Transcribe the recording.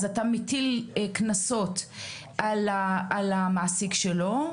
אז אתה מטיל קנסות על המעסיק שלו,